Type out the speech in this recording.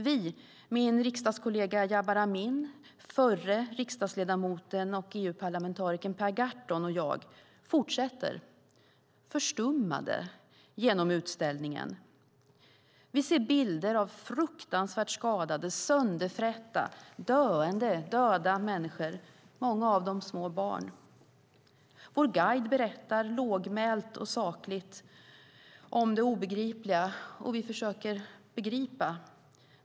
Vi, min riksdagskollega Jabar Amin, förre riksdagsledamoten och EU-parlamentarikern Per Gahrton och jag, fortsätter förstummade genom utställningen. Vi ser bilder av fruktansvärt skadade, sönderfrätta, döende och döda människor, många av dem små barn. Vår guide berättar lågmält och sakligt om det obegripliga, och vi försöker begripa.